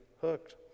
hooked